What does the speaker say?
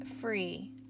free